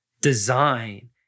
design